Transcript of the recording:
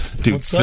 dude